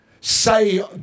say